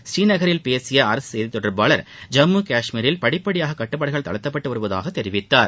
ஸ்ரீநகரில் பேசிய அரசு செய்தித் தொடர்பாளர் ஜம்மு காஷ்மீரில் படிபடியாக கட்டுப்பாடுகள் தளர்த்தப்பட்டு வருவதாக தெரிவித்தார்